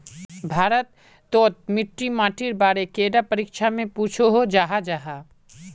भारत तोत मिट्टी माटिर बारे कैडा परीक्षा में पुछोहो जाहा जाहा?